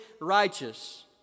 righteous